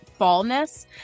fallness